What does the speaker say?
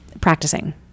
practicing